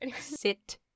Sit